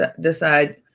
decide